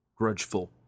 grudgeful